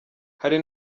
hari